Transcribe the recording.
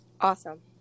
Awesome